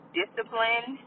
discipline